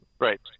Right